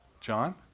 John